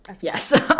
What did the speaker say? yes